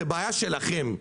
זה בעיה שלכם,